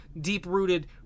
deep-rooted